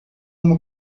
uma